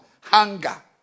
hunger